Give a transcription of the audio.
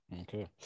Okay